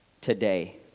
today